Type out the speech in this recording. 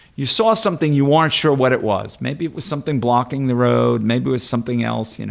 you saw something you weren't sure what it was, maybe it was something blocking the road, maybe it was something else, you know